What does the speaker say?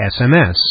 SMS